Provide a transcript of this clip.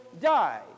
die